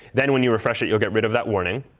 then when you refresh it, you'll get rid of that warning.